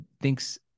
thinks